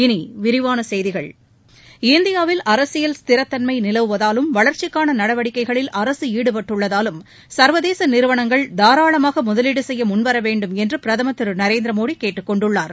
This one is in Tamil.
இனி விரிவான செய்திகள் இந்தியாவில் அரசியல் ஸ்திரதன்மை நிலவுவதாலும் வளர்ச்சிக்கான நடவடிக்கைகளில் அரசு ஈடுபட்டுள்ளதாலும் சா்வதேச நிறுவனங்கள் தாராளமாக முதலீடு செய்ய முன்வர வேண்டும் என்று பிரதமா் திரு நரேந்திர மோடி கேட்டுக்கொண்டுள்ளார்